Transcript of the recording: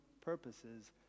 purposes